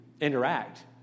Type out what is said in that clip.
interact